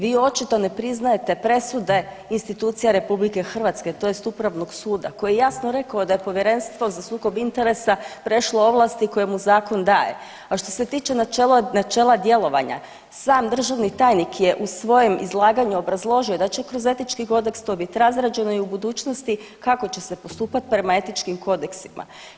Vi očito ne priznajete presude institucija Republike Hrvatske, tj. Upravnog suda koji je jasno rekao da je Povjerenstvo za sukob interesa prešlo ovlasti koje mu Zakon daje, a što se tiče načela djelovanja, sam državni tajnik je u svojem izlaganju obrazložio da će kroz etički kodeks to biti razrađeno i u budućnosti kako će se postupati prema etičkim kodeksima.